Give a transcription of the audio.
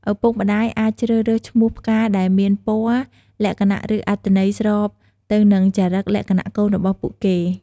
ឪពុកម្តាយ អាចជ្រើសរើសឈ្មោះផ្កាដែលមាន ពណ៌ លក្ខណៈ ឬអត្ថន័យ ស្របទៅនឹងចរិក លក្ខណៈ កូនរបស់ពួកគេ។